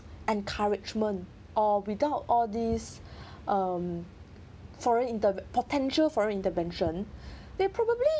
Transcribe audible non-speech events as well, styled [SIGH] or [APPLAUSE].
encouragement or without all these [BREATH] um foreign inte~ potential foreign intervention [BREATH] they probably